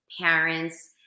parents